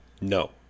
no